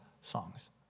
songs